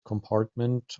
compartment